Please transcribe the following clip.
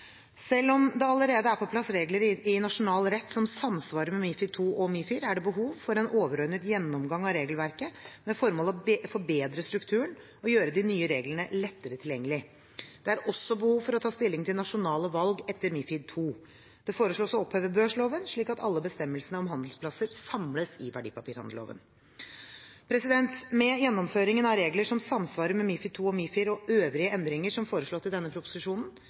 Selv om det allerede er på plass regler i nasjonal rett som samsvarer med MiFID II og MiFIR, er det behov for en overordnet gjennomgang av regelverket med formål å forbedre strukturen og gjøre de nye reglene lettere tilgjengelig. Det er også behov for å ta stilling til nasjonale valg etter MiFID II. Det foreslås å oppheve børsloven, slik at alle bestemmelsene om handelsplasser samles i verdipapirhandelloven. Med gjennomføringen av regler som samsvarer med MiFID II og MiFIR og øvrige endringer som foreslått i denne proposisjonen,